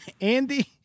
Andy